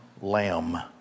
lamb